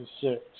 six